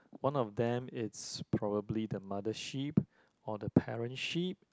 one of them it's probably the mother sheep or the parent sheep